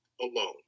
alone